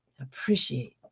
Appreciate